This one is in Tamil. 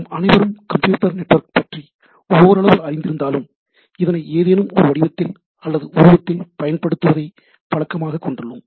நாம் அனைவரும் கம்ப்யூட்டர் நெட்வொர்க் பற்றி ஓரளவு அறிந்திருந்தாலும் இதனை ஏதேனும் ஒரு வடிவத்தில் அல்லது உருவத்தில் பயன்படுத்துவதைப் பழக்கமாகக் கொண்டுள்ளோம்